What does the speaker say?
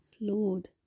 Lord